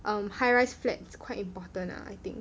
um high rise flats quite important lah I think